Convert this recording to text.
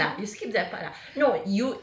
ya lah ya lah you skip that part lah